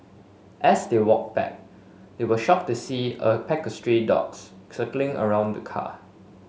as they walked back they were shocked to see a pack of stray dogs circling around the car